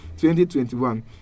2021